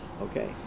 Okay